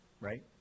right